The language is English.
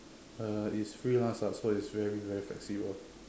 uh is freelance ah so it's very very flexible